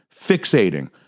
fixating